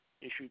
issued